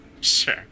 sure